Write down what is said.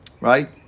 right